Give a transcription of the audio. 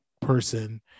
person